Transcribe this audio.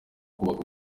kubaka